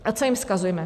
A co jim vzkazujeme?